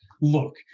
look